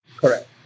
Correct